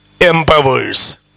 empowers